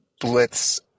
blitz